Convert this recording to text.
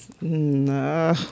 No